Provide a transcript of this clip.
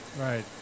Right